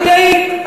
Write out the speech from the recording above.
הוא יעיד.